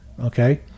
Okay